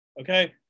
Okay